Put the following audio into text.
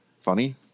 funny